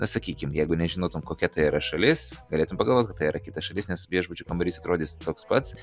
na sakykim jeigu nežinotum kokia tai yra šalis galėtum pagalvot kad tai yra kita šalis nes viešbučio kambarys atrodys toks pats